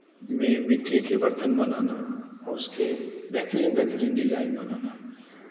में मिट्टी के बर्तन बनाना और उसके बेहतरीन बेहतरीन डिज़ाइन बनाना